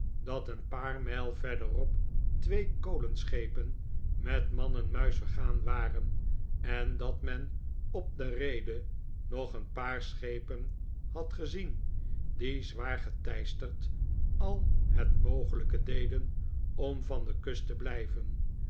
dat een paar mijl verderop twee kolenschepen met man en muis vergaan waren en dat men op de reede nog een paar schepen had gezien die zwaar geteisterd al het mogelijke deden om van de kust te blijven